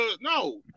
No